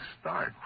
start